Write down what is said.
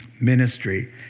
ministry